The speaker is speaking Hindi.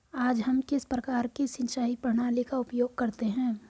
आज हम किस प्रकार की सिंचाई प्रणाली का उपयोग करते हैं?